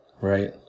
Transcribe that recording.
right